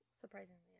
Surprisingly